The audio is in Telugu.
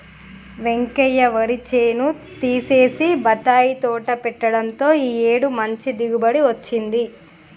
వెంకయ్య వరి చేను తీసేసి బత్తాయి తోట పెట్టడంతో ఈ ఏడు మంచి దిగుబడి వచ్చింది